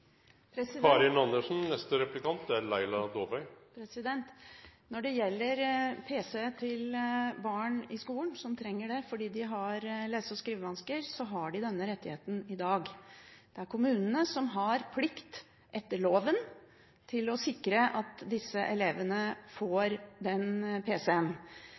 Når det gjelder pc-er til barn i skolen som trenger det fordi de har lese- og skrivevansker, så har de denne rettigheten i dag. Det er kommunene som har plikt etter loven til å sikre at disse elevene får den